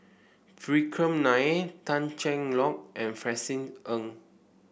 Vikram Nair Tan Cheng Lock and Francis Ng